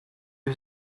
was